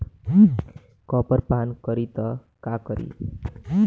Copper पान करी त का करी?